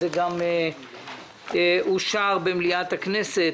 זה גם אושר במליאת הכנסת,